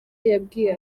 yabwiye